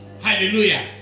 Hallelujah